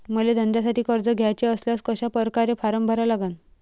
मले धंद्यासाठी कर्ज घ्याचे असल्यास कशा परकारे फारम भरा लागन?